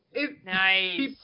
Nice